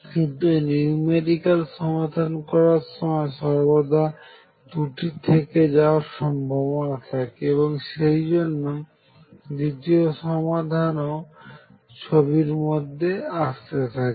কিন্তু নিউমেরিক্যাল সমাধান করার সময় সর্বদা ত্রুটি থেকে যাওয়ার সম্ভাবনা থাকে এবং এইজন্য দ্বিতীয় সমাধানও ছবির মধ্যে আসতে থাকে